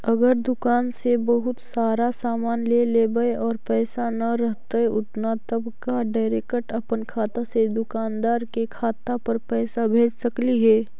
अगर दुकान से बहुत सारा सामान ले लेबै और पैसा न रहतै उतना तब का डैरेकट अपन खाता से दुकानदार के खाता पर पैसा भेज सकली हे?